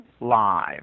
live